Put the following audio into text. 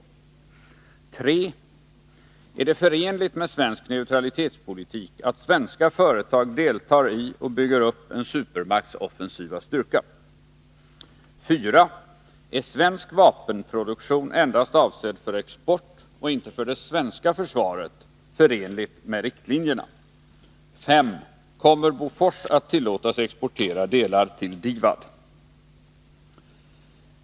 3. Är det förenligt med svensk neutralitetspolitik att svenska företag deltar i och bygger upp en supermakts offensiva styrka? 4. Är svensk vapenproduktion endast avsedd för export och inte för det svenska försvaret förenligt med riktlinjerna? 5. Kommer Bofors att tillåtas exportera delar till DIVAD?